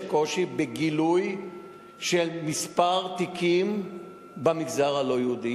יש קושי בגילוי של כמה תיקים במגזר הלא-יהודי.